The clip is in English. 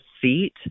seat